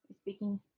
speaking